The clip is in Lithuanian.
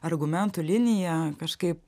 argumentų liniją kažkaip